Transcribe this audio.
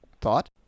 thought